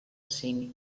cinc